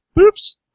Oops